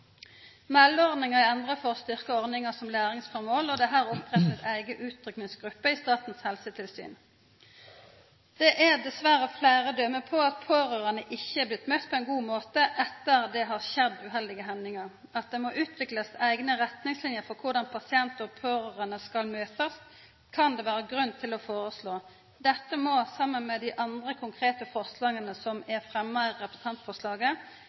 er endra for å styrkja ordninga om læringsformål, og det er oppretta ei eiga utrykkingsgruppe i Statens helsetilsyn. Det er dessverre fleire døme på at pårørande ikkje er blitt møtte på ein god måte etter at det har skjedd uheldige hendingar. At det må utviklast eigne retningsliner for korleis pasientar og pårørande skal møtast, kan det vera grunn til å foreslå. Dette må saman med dei andre konkrete forslaga som er fremma i representantforslaget,